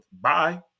Bye